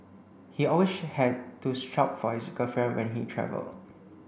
he always had to shop for his girlfriend when he travelled